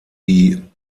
die